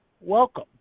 Welcome